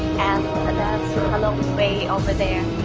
and ah that's halong bay over there.